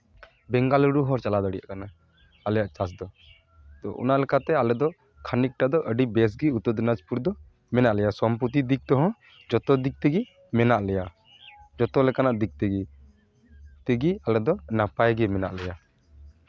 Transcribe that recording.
ᱵᱮᱝᱜᱟᱞᱩᱨᱩ ᱦᱚᱸ ᱪᱟᱞᱟᱜ ᱫᱟᱲᱮᱭᱟᱜ ᱠᱟᱱᱟ ᱟᱞᱮᱭᱟᱜ ᱪᱟᱥ ᱫᱚ ᱛᱳ ᱚᱱᱟ ᱞᱮᱠᱟᱛᱮ ᱟᱞᱮ ᱫᱚ ᱠᱷᱟᱹᱱᱤᱠᱴᱟ ᱫᱚ ᱟᱹᱰᱤ ᱵᱮᱥ ᱜᱮ ᱩᱛᱛᱚᱨ ᱫᱤᱱᱟᱡᱽᱯᱩᱨ ᱨᱮᱫᱚ ᱢᱮᱱᱟᱜ ᱞᱮᱭᱟ ᱥᱚᱢᱯᱚᱛᱛᱤ ᱫᱤᱠ ᱛᱮᱦᱚᱸ ᱡᱚᱛᱚ ᱫᱤᱠ ᱛᱮᱜᱮ ᱢᱮᱱᱟᱜ ᱞᱮᱭᱟ ᱡᱚᱛᱚ ᱞᱮᱠᱟᱱᱟᱜ ᱫᱤᱠ ᱛᱮᱜᱮ ᱛᱮᱜᱮ ᱟᱞᱮ ᱫᱚ ᱱᱟᱯᱟᱭ ᱜᱮ ᱢᱮᱱᱟᱜ ᱞᱮᱭᱟ